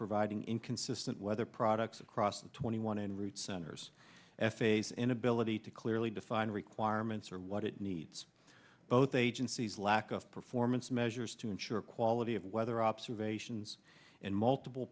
providing inconsistent weather products across the twenty one and route centers f a s inability to clearly define requirements for what it needs both agencies lack of performance measures to ensure quality of weather observations and multiple